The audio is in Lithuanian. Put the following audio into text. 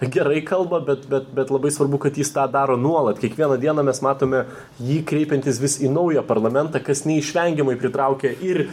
gerai kalba bet bet bet labai svarbu kad jis tą daro nuolat kiekvieną dieną mes matome jį kreipiantis vis į naują parlamentą kas neišvengiamai pritraukia ir